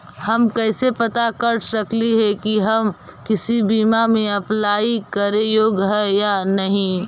हम कैसे पता कर सकली हे की हम किसी बीमा में अप्लाई करे योग्य है या नही?